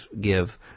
give